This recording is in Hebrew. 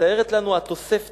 מתארת לנו התוספתא,